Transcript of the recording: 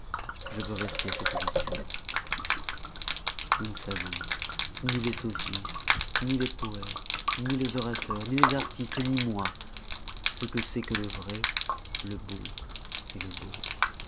je veux rester ce que je suis nous ne savons ni les sophistes ni les poètes ni les orateurs ni les artistes ni moi ce que c'est que le vrai le bon le beau